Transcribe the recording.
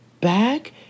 back